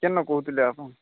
କ'ଣ କହୁଥିଲେ ଆପଣ